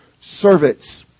servants